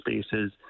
spaces